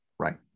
Right